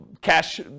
cash